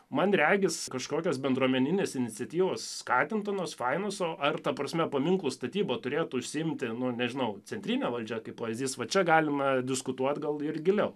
man regis kažkokios bendruomeninės iniciatyvos skatintinos fainos ar ta prasme paminklų statyba turėtų užsiimti nu nežinau centrinė valdžia kaip pavyzdys va čia galima diskutuot gal ir giliau